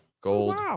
gold